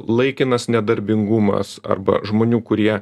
laikinas nedarbingumas arba žmonių kurie